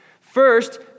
First